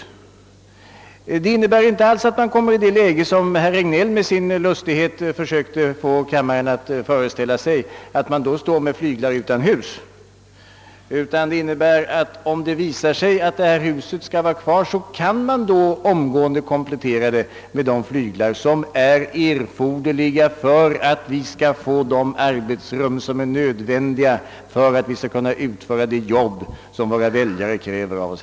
Det innebär inte alls att man kommer i det läge, som herr Regnéell med sin lustighet försökte få kammaren att tro — d.v.s. att vi då skulle stå med flyglar utan hus — utan det betyder att man, om huset skall stå kvar, kan omgående komplettera detta med de flyglar, som är erforderliga för att vi skall få de arbetsrum vi behöver för att kunna utföra det värv våra väljare kräver av OSS.